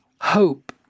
hope